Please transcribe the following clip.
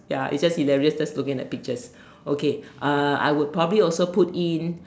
ya it's just hilarious just looking at the pictures okay uh I would probably also put in